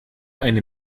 eine